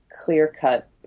clear-cut